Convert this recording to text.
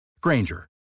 Granger